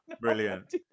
brilliant